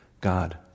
God